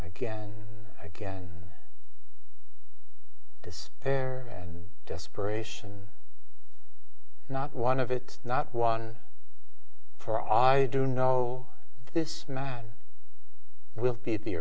and again despair and desperation not one of it not one for i do know this man will beat the